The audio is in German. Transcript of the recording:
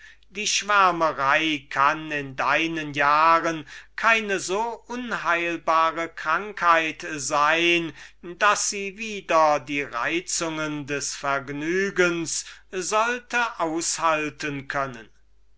die schwärmerei kann in deinen jahren keine so unheilbare krankheit sein daß sie wider die reizung des vergnügens sollte aushalten können